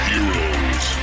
Heroes